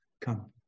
come